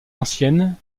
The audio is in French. ancienne